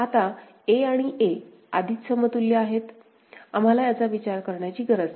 आता a आणि a आधीच समतुल्य आहेत आम्हाला याचा विचार करण्याची गरज नाही